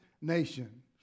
Nation